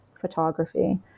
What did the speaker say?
photography